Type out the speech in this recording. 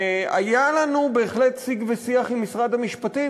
והיה לנו בהחלט שיג ושיח עם משרד המשפטים,